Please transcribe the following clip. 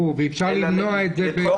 אלא לתחום